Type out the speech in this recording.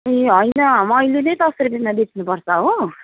ए होइन मैले नै दस रुपियाँमा बेच्नुपर्छ हो